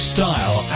Style